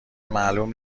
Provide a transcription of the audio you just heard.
معلوم